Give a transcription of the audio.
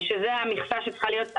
שזו המכסה שצריכה להיות.